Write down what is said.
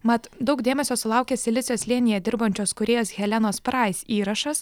mat daug dėmesio sulaukė silicio slėnyje dirbančios kūrėjos helenos prais įrašas